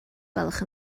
gwelwch